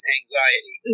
anxiety